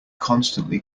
constantly